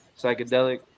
psychedelic